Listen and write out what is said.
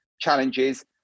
challenges